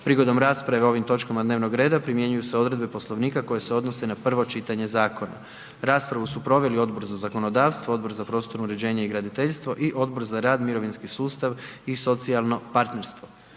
Prigodom rasprave o ovim točkama dnevnog reda primjenjuju se odredbe Poslovnika koje se odnose na prvo čitanje zakona. Raspravu su proveli Odbor za zakonodavstvo, Odbor za prostorno uređenje i graditeljstvo i Odbor za rad, mirovinski sustav i socijalno partnerstvo.